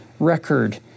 Record